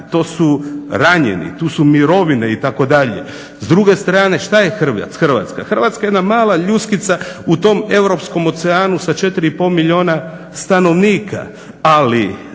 Tu su ranjeni, tu su mirovine itd. S druge strane što je Hrvatska? Hrvatska je jedna mala ljuskica u tom europskom oceanu sa 4,5 milijuna stanovnika. Ali,